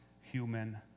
human